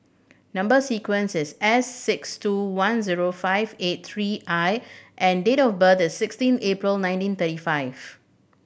number sequence is S six two one zero five eight three I and date of birth is sixteen April nineteen thirty five